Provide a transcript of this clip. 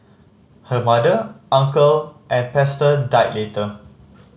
her mother uncle and pastor died later